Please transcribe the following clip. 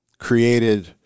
created